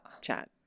chat